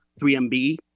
3MB